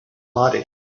body